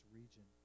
region